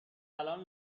الان